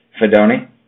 Fedoni